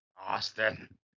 Austin